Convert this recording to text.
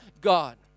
God